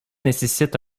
nécessite